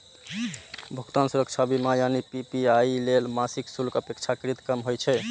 भुगतान सुरक्षा बीमा यानी पी.पी.आई लेल मासिक शुल्क अपेक्षाकृत कम होइ छै